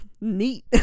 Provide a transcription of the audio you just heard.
Neat